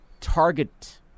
target